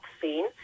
scene